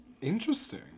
Interesting